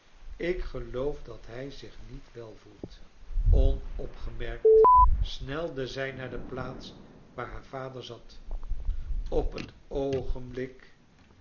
ik geloof dat hij zich niet wel voelt onopgemerkt snelde zij naar de plaats waar haar vader zat op het oogenblik